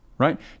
Right